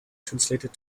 translated